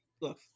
look